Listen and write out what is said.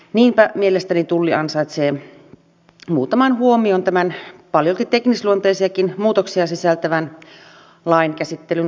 niinpä mielestäni tulli ansaitsee muutaman huomion tämän paljolti teknisluonteisiakin muutoksia sisältävän lain käsittelyn ohessa